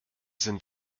sind